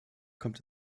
kommt